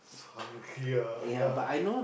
yeah so hungry ah now